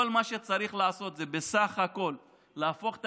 כל מה שצריך לעשות זה בסך הכול להפוך את